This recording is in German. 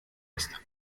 ist